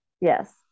Yes